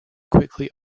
quickly